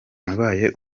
wabaye